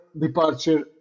departure